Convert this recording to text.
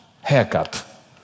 Haircut